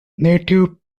native